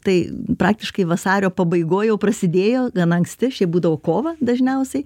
tai praktiškai vasario pabaigoj jau prasidėjo gana anksti šiaip būdavo kovą dažniausiai